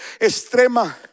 extrema